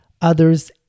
others